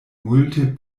multe